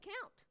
count